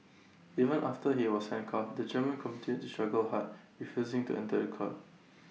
even after he was handcuffed the German continued to struggle hard refusing to enter A car